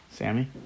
Sammy